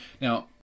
Now